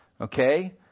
Okay